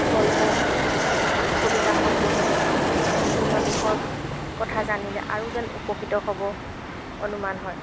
গল্প কবিতাসমূহ পঢ়িলে বিভিন্ন দেশৰ কথা জানিলে আৰু যেন উপকৃত হ'ব অনুমান হয়